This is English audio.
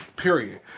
Period